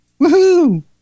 Woohoo